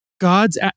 God's